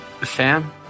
fam